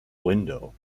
window